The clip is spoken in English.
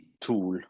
tool